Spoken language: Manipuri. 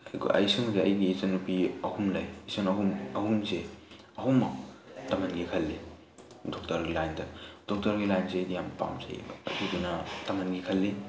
ꯍꯥꯏꯗꯤꯀꯣ ꯑꯩ ꯁꯤꯃꯗꯤ ꯑꯩꯒꯤ ꯏꯆꯟ ꯅꯨꯄꯤ ꯑꯍꯨꯝ ꯂꯩ ꯏꯆꯟ ꯑꯍꯨꯝ ꯑꯍꯨꯝꯁꯦ ꯑꯍꯨꯝꯃꯛ ꯇꯝꯍꯟꯒꯦ ꯈꯜꯂꯤ ꯗꯣꯛꯇꯔꯒꯤ ꯂꯥꯏꯟꯗ ꯗꯣꯛꯇꯔꯒꯤ ꯂꯥꯏꯟꯁꯦ ꯑꯩꯗꯤ ꯌꯥꯝ ꯄꯥꯝꯖꯩꯑꯕ ꯑꯗꯨꯗꯨꯅ ꯇꯝꯍꯟꯒꯦ ꯈꯜꯂꯤ